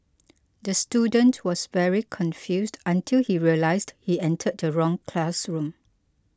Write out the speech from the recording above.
the student was very confused until he realised he entered the wrong classroom